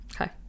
Okay